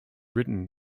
written